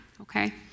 okay